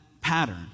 pattern